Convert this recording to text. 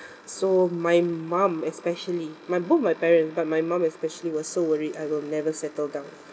so my mum especially my both my parents but my mum especially were so worried I will never settle down